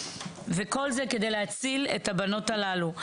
וכל זה כדי להציל את הבנות הללו.